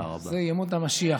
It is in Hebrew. אלו ימות המשיח.